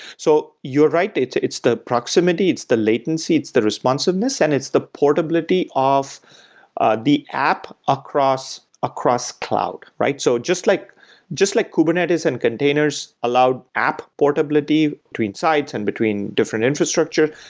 so you're right, it's it's the proximity, it's the latency, it's the responsiveness and it's the portability of ah the app across across cloud. so just like just like kubernetes and containers allowed app portability between sites and between different infrastructure,